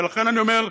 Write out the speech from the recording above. ולכן אני אומר: